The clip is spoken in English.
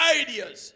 ideas